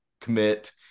commit